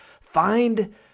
Find